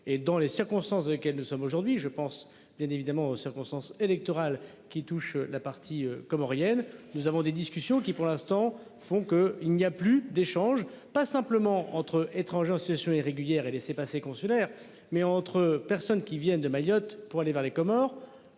et dans les circonstances dans lesquelles nous sommes, aujourd'hui, je pense bien évidemment aux circonstances électorales qui touchent la partie comorienne. Nous avons des discussions qui pour l'instant font que il n'y a plus d'échanges, pas simplement entre étrangers en situation irrégulière et laissez-passer consulaires mais entre personnes qui viennent de Mayotte pour aller vers les Comores